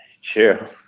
sure